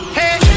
Hey